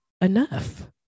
enough